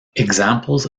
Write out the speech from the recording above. examples